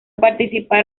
participar